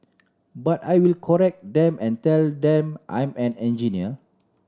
but I will correct them and tell them I'm an engineer